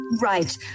Right